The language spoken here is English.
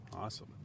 Awesome